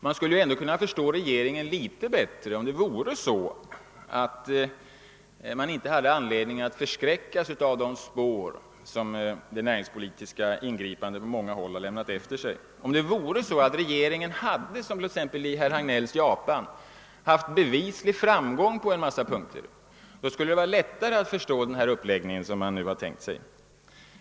Man skulle ändå kunna förstå regeringen litet bättre, om man inte hade anledning att förskräckas av de spår som de näringspolitiska ingripandena på många håll har lämnat efter sig. Om regeringen som exempelvis i det av herr Hagnell åberopade Japan haft bevislig framgång på många punkter, skulle det vara lättare att förstå den uppläggning som man nu har tänkt sig.